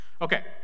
Okay